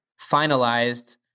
finalized